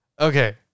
Okay